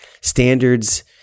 Standards